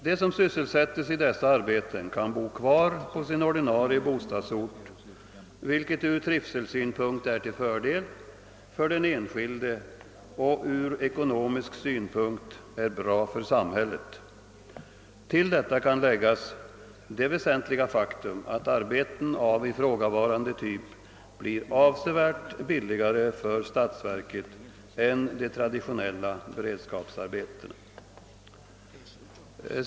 De som sysselsätts i dessa arbeten kan bo kvar på sina ordinarie bostadsorter, vilket från trivselsynpunkt är till fördel för den enskilde och från ekonomisk synpunkt bra för samhället. Till detta kan läggas det väsentliga faktum, att arbeten av denna typ blir avsevärt billigare för statsverket än de traditionella beredskapsarbetena.